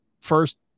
first